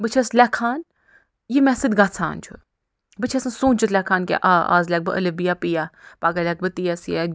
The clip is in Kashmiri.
بہٕ چھَس لٮ۪کھان یہِ مےٚ سۭتۍ گَژھان چھُ بہٕ چھَس نہٕ سوٗنٛچھِتھ لٮ۪کھان کیٚنٛہہ آ آز لٮ۪کھ بہٕ الِف ب پ پگاہ لٮ۪کھٕ بہٕ ت ث